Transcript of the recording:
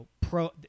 pro